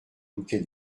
bouquet